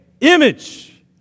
Image